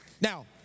Now